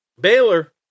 Baylor